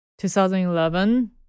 2011